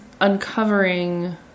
uncovering